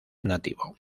nativo